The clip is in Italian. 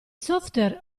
software